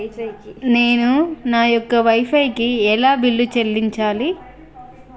నేను నా యొక్క వై ఫై కి ఎలా బిల్లు చెల్లించాలి?